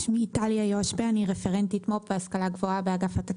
אני רפרנטית מו"פ והשכלה גבוהה באג"ת.